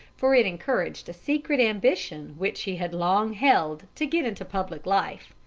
for it encouraged a secret ambition which he had long held to get into public life.